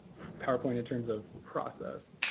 powerpoint in terms of process,